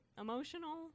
emotional